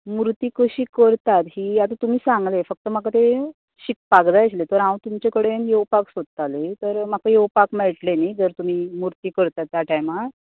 मुर्ती कशी करतात ही आतां तुमी सांगले फक्त म्हाका ते शिकपाक जाय आशिल्ले तर हांव तुमच्या कडेन येवपाक सोदताली तर म्हाका येवपाक मेळटले न्ही जर तुमी मुर्ती करता त्या टायमार